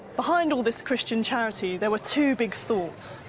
behind all this christian charity there were two big thoughts,